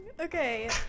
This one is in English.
okay